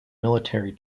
military